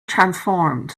transformed